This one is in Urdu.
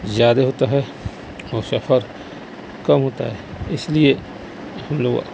زیادہ ہوتا ہے اور سفر کم ہوتا ہے اس لیے ہم لوگ